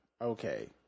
Okay